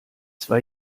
zwei